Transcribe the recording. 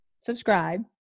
Subscribe